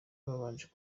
babanje